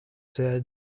said